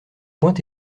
point